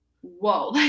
Whoa